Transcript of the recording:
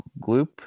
Gloop